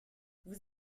vous